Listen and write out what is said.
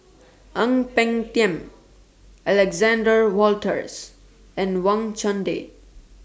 Ang Peng Tiam Alexander Wolters and Wang Chunde